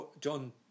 John